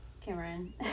Cameron